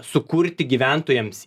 sukurti gyventojams